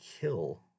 kill